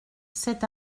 c’est